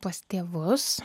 pas tėvus